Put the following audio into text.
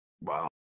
Wow